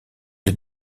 les